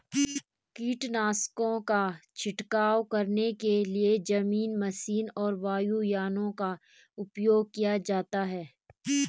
कीटनाशकों का छिड़काव करने के लिए जमीनी मशीनों और वायुयानों का उपयोग किया जाता है